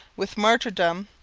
with martyrdom,